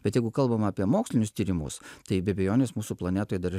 bet jeigu kalbame apie mokslinius tyrimus tai be abejonės mūsų planetoje dar yra